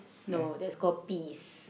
no that's called peas